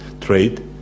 trade